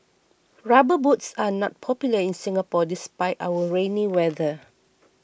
rubber boots are not popular in Singapore despite our rainy weather